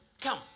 Come